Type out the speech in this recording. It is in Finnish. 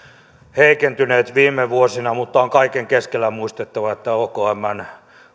heikentyneet viime vuosina mutta kaiken keskellä on muistettava että okmn